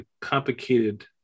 complicated